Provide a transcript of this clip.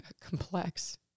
complex